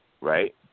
right